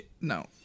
no